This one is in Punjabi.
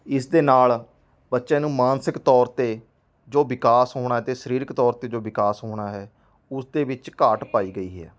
ਇਸ ਦੇ ਨਾਲ ਬੱਚਿਆਂ ਨੂੰ ਮਾਨਸਿਕ ਤੌਰ 'ਤੇ ਜੋ ਵਿਕਾਸ ਹੋਣਾ ਅਤੇ ਸਰੀਰਿਕ ਤੌਰ 'ਤੇ ਜੋ ਵਿਕਾਸ ਹੋਣਾ ਹੈ ਉਸ ਦੇ ਵਿੱਚ ਘਾਟ ਪਾਈ ਗਈ ਹੈ